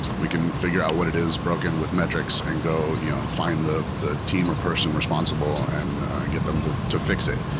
we can figure out what it is broken with metrics and go you know find the the team or person responsible and get them to fix it,